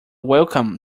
wacom